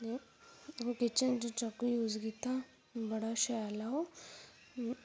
ओह् किचन च चाकु यूज़ कीता में बड़ा शैल ऐ ओह्